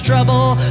trouble